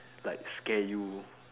like scare you